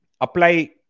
apply